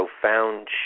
profound